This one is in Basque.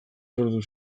sortu